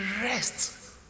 rest